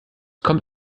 kommt